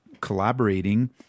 collaborating